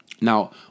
Now